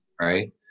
Right